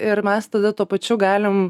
ir mes tada tuo pačiu galim